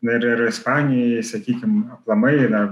ir ir ispanijoj jei sakykim aplamai yra